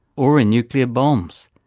or in nuclear bombs.